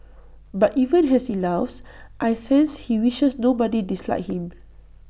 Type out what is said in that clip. but even as he laughs I sense he wishes nobody disliked him